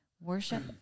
worship